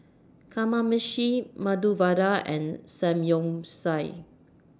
Kamameshi Medu Vada and Samgyeopsal